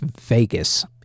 Vegas